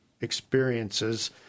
experiences